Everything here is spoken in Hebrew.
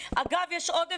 אגב, יש עוד אפשרות.